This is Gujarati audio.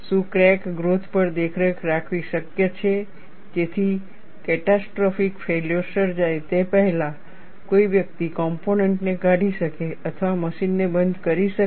શું ક્રેક ગ્રોથ પર દેખરેખ રાખવી શક્ય છે જેથી કેટાસ્ટ્રોફીક ફેલ્યોર સર્જાય તે પહેલાં કોઈ વ્યક્તિ કોમ્પોનેન્ટને કાઢી શકે અથવા મશીનને બંધ કરી શકે